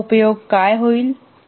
त्याचा उपयोग काय होईल